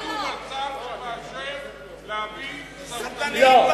חתום על צו שמאשר להביא סרטנים?